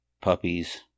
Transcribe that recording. puppies